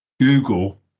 Google